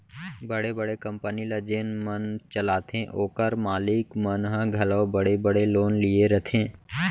बड़े बड़े कंपनी ल जेन मन चलाथें ओकर मालिक मन ह घलौ बड़े बड़े लोन लिये रथें